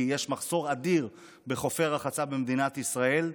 כי יש מחסור אדיר בחופי רחצה במדינת ישראל.